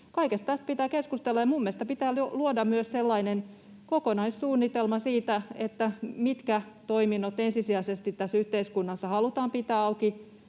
Kaikesta tästä pitää keskustella, ja minun mielestäni pitää myös luoda kokonaissuunnitelma siitä, mitkä toiminnot ensisijaisesti tässä yhteiskunnassa halutaan pitää auki,